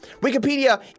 Wikipedia